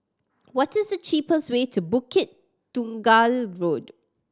what is the cheapest way to Bukit Tunggal Road